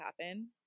happen